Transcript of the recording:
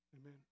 Amen